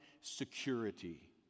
security